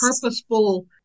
purposeful